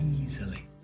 easily